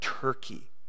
Turkey